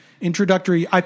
introductory